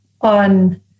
on